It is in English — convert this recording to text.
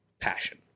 passion